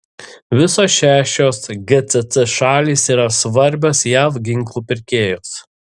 visos šešios gcc šalys yra svarbios jav ginklų pirkėjos